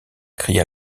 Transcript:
cria